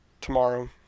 Tomorrow